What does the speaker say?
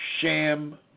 sham